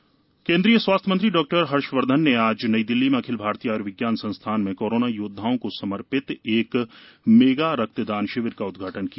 Harshvardhan AIIMS केंद्रीय स्वास्थ्य मंत्री डॉ हर्षवर्धन ने आज नई दिल्ली में अखिल भारतीय आयुर्विज्ञान संस्थान में कोरोना योद्दाओं को समर्पित एक मेगा रक्तदान शिविर का उद्घाटन किया